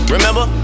Remember